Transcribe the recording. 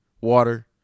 water